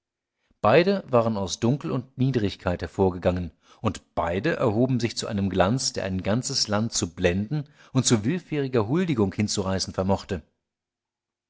beide waren aus dunkel und niedrigkeit hervorgegangen und beide erhoben sich zu einem glanz der ein ganzes land zu blenden und zu willfähriger huldigung hinzureißen vermochte